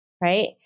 right